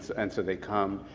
and so they come,